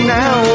now